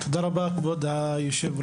תודה רבה, כבוד היושב-ראש.